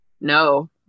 no